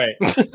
Right